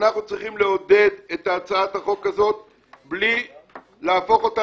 אנחנו צריכים לעודד הצעת חוק זו בלי להפוך את זו